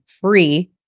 free